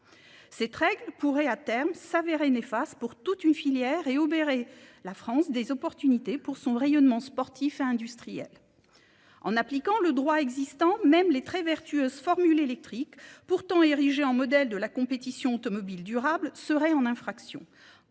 Cette règle pourrait à terme s'avérer néfaste pour toute une filière et obéirer la France des opportunités pour son rayonnement sportif et industriel. En appliquant le droit existant, même les très vertueuses formules électriques, pourtant érigées en modèle de la compétition automobile durable, seraient en infraction.